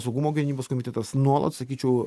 saugumo gynybos komitetas nuolat sakyčiau